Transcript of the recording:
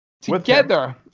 together